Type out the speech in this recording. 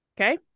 Okay